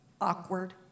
awkward